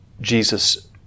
Jesus